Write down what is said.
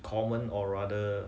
common or rather